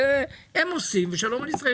זה הם עושים ושלום על ישראל.